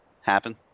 happen